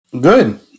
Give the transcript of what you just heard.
Good